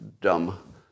dumb